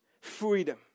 freedom